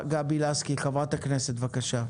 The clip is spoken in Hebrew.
חברת הכנסת גבי לסקי, בבקשה.